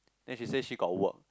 then she say she got work